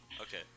Okay